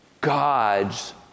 God's